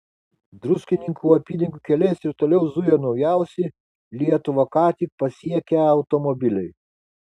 druskininkų apylinkių keliais ir toliau zuja naujausi lietuvą ką tik pasiekę automobiliai